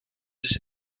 his